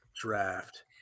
draft